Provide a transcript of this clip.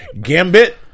Gambit